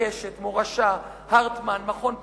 "קשת" "מורשה" "הרטמן" "מכון פנים",